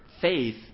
faith